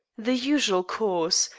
the usual course.